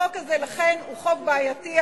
החוק הזה הוא חוק בעייתי,